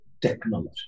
technology